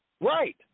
Right